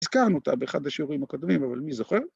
‫הזכרנו אותה באחד השיעורים הקודמים, ‫אבל מי זוכר?